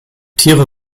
tiere